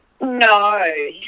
No